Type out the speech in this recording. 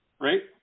right